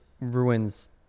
ruins